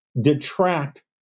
detract